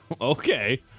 Okay